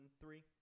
three